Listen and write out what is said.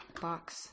box